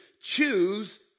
choose